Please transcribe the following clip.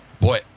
Boy